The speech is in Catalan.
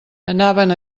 anaven